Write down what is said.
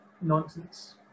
nonsense